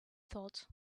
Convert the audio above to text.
thought